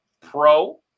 pro